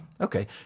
okay